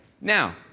Now